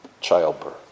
childbirth